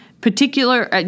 particular